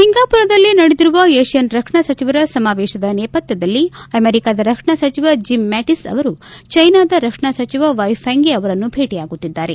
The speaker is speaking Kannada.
ಸಿಂಗಾಪುರದಲ್ಲಿ ನಡೆದಿರುವ ಏಷ್ಯನ್ ರಕ್ಷಣಾ ಸಚಿವರ ಸಮಾವೇಶದ ನೇಪಥ್ಯದಲ್ಲಿ ಅಮರಿಕಾದ ರಕ್ಷಣಾ ಸಚಿವ ಜಮ್ ಮ್ಯಾಟಿಸ್ ಅವರು ಚೈನಾದ ರಕ್ಷಣಾ ಸಚಿವ ವೈ ಫೆಂಗೆ ಅವರನ್ನು ಭೇಟಿಯಾಗುತ್ತಿದ್ದಾರೆ